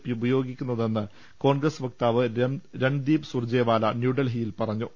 പിഉപയോഗിക്കുന്നതെന്ന് കോൺഗ്രസ് വക്താവ് രൺദീപ് സുർജെവാല ന്യൂഡൽഹി പറഞ്ഞു